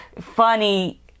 funny